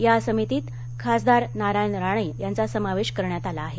या समितीत खासदार नारायण राणे यांचा समावेश करण्यात आला आहे